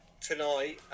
tonight